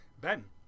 Ben